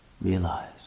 realize